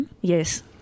Yes